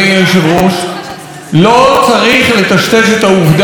לא צריך לטשטש את העובדה שמדובר פה,